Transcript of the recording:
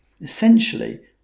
Essentially